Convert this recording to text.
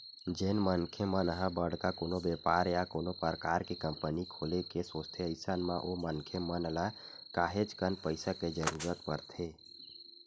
जेन मनखे मन ह बड़का कोनो बेपार या कोनो परकार के कंपनी खोले के सोचथे अइसन म ओ मनखे मन ल काहेच कन पइसा के जरुरत परथे